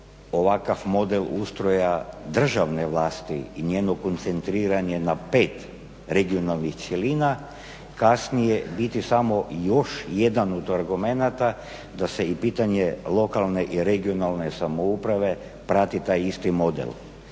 ovakav model ustroja državne vlasti i njeno koncentriranje na pet regionalnih cjelina kasnije biti samo još jedan od argumenata da se i pitanje lokalne i regionalne samouprave prati taj isti model.